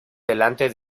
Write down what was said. delante